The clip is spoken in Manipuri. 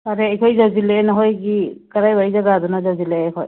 ꯐꯔꯦ ꯑꯩꯈꯣꯏ ꯌꯧꯁꯤꯜꯂꯛꯑꯦ ꯅꯈꯣꯏꯒꯤ ꯀꯔꯥꯏ ꯋꯥꯏ ꯖꯒꯥꯗꯅꯣ ꯌꯧꯁꯤꯜꯂꯛꯑꯦ ꯑꯩꯈꯣꯏ